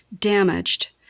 damaged